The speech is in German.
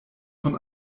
von